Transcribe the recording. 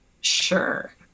Sure